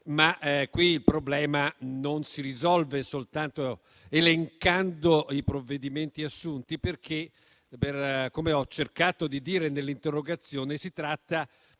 problema, tuttavia, non si risolve soltanto elencando i provvedimenti assunti, perché, come ho cercato di dire nell'interrogazione, si tratta